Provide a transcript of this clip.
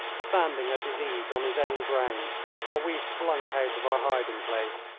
standing at his ease on his own ground while we slunk out of our hiding-place.